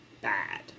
bad